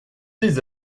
des